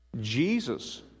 Jesus